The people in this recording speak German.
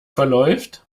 verläuft